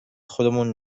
خودمون